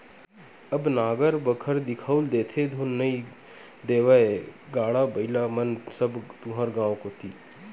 अब नांगर बखर दिखउल देथे धुन नइ देवय गाड़ा बइला मन सब तुँहर गाँव कोती